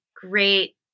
great